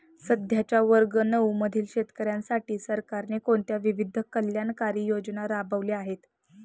सध्याच्या वर्ग नऊ मधील शेतकऱ्यांसाठी सरकारने कोणत्या विविध कल्याणकारी योजना राबवल्या आहेत?